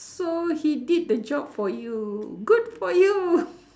so he did the job for you good for you